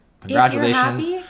congratulations